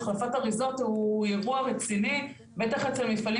החלפת אריזות הוא אירוע רציני בטח אצל מפעלים